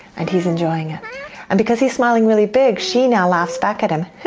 and he's enjoying and because he's smiling really big, she now laughs back at him.